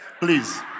Please